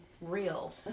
real